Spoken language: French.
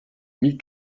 mille